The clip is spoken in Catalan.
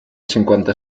cinquanta